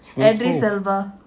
is who